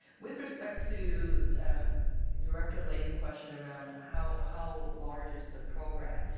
with respect to director layton's question around how how large is the program,